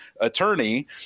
attorney